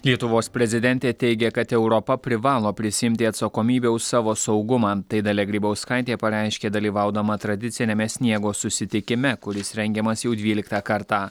lietuvos prezidentė teigia kad europa privalo prisiimti atsakomybę už savo saugumą tai dalia grybauskaitė pareiškė dalyvaudama tradiciniame sniego susitikime kuris rengiamas jau dvyliktą kartą